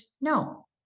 no